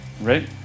Right